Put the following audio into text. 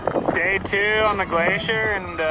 day two on the glacier and